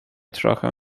trochę